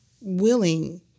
willing